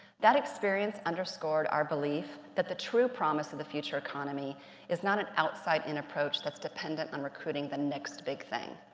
that experience underscored our belief that the true promise of the future economy is not an outside an approach that's dependent on recruiting the next big thing,